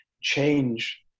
change